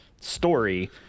story